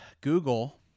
Google